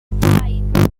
five